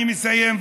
אני מסיים,